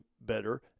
better